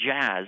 jazz